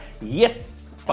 Yes